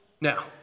Now